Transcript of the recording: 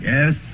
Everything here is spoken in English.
Yes